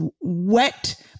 wet